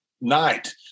night